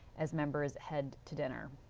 as members had to dinner.